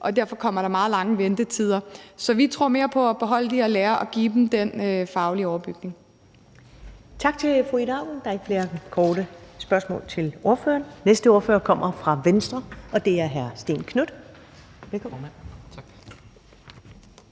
og derfor kommer der meget lange ventetider. Så vi tror mere på at beholde de her lærere og give dem den faglige overbygning. Kl. 15:38 Første næstformand (Karen Ellemann): Tak til fru Ida Auken. Der er ikke flere korte bemærkninger til ordføreren. Den næste ordfører kommer fra Venstre, og det er hr. Stén Knuth. Velkommen.